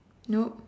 no